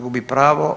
Gubi pravo.